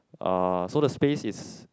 uh so the space is